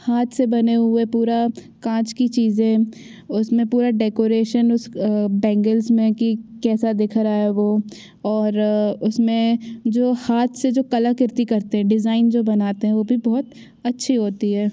हाथ से बने हुए पूरी काँच की चीज़ें उसमें पूरा डेकोरेशन बैंगल्स में कि कैसा दिख रहा है वो और उसमें जो हाथ से जो कलाकृति करते हैं डिज़ाइन जो बनाते हैं वो भी बहुत अच्छी होती है